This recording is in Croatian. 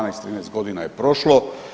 12-13 godina je prošlo.